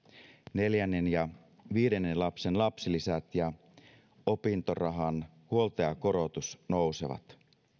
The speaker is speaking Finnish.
neljännen ja viidennen lapsen lapsilisät ja opintorahan huoltajakorotus nousevat